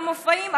והמופעים,